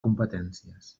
competències